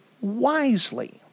wisely